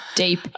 deep